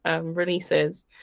releases